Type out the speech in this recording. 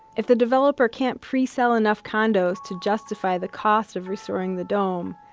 if the developer can't pre-sell enough condos to justify the cost of restoring the dome,